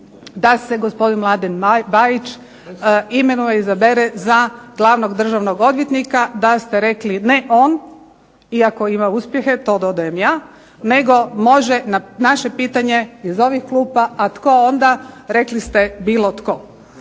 da se gospodin Mladen Bajić imenuje i izabere za glavnog državnog odvjetnika, da ste rekli ne on iako ima uspjehe. To dodajem ja, nego može na naše pitanje iz ovih klupa a tko onda rekli ste bilo tko.